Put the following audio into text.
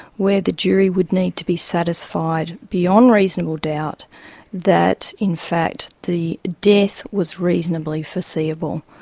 where the jury would need to be satisfied beyond reasonable doubt that in fact the death was reasonably foreseeable.